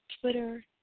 Twitter